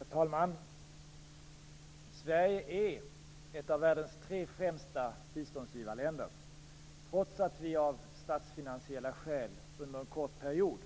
Herr talman! Sverige är ett av världens tre främsta biståndsgivarländer, detta trots att vi av statsfinansiella skäl under en kort period